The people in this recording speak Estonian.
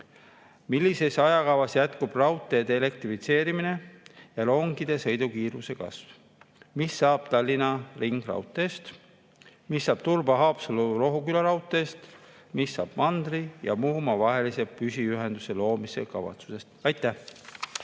Millises ajakavas jätkub raudtee elektrifitseerimine ja rongide sõidukiiruse kasv? Mis saab Tallinna ringraudteest? Mis saab Turba–Haapsalu–Rohuküla raudteest? Mis saab mandri ja Muhumaa vahelise püsiühenduse loomise kavatsusest? Aitäh!